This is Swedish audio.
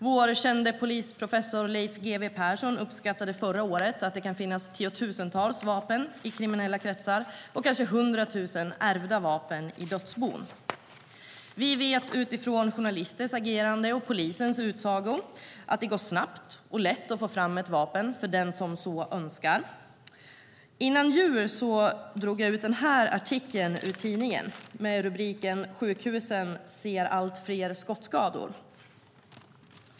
Vår kände polisprofessor Leif G W Persson uppskattade förra året att det kan finnas tiotusentals vapen i kriminella kretsar och kanske hundra tusen ärvda vapen i dödsbon. Vi vet utifrån journalisters agerande och polisens utsago att det går snabbt och lätt att få fram ett vapen för den som så önskar. Före jul drog jag ut den artikel jag har här ur tidningen. Den har rubriken "Sjukhusen ser allt fler skottskador".